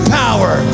power